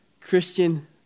Christian